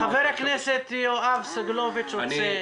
אילה, חבר הכנסת יואב סגלוביץ רוצה לשאול.